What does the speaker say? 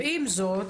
עם זאת,